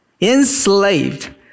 enslaved